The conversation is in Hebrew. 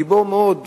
גיבור מאוד,